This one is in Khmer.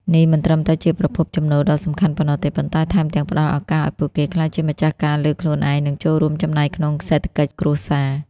នេះមិនត្រឹមតែជាប្រភពចំណូលដ៏សំខាន់ប៉ុណ្ណោះទេ ប៉ុន្តែថែមទាំងផ្តល់ឱកាសឱ្យពួកគេក្លាយជាម្ចាស់ការលើខ្លួនឯង និងចូលរួមចំណែកក្នុងសេដ្ឋកិច្ចគ្រួសារ។